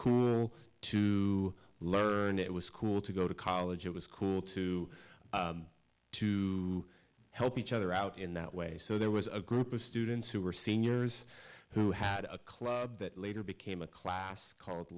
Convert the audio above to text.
cool to learn and it was cool to go to college it was cool to to help each other out in that way so there was a group of students who were seniors who had a club that later became a class called